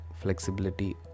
flexibility